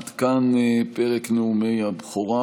עד כאן פרק נאומי הבכורה.